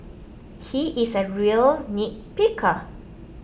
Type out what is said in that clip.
he is a real nitpicker